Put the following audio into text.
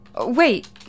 Wait